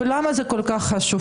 למה זה כל כך חשוב,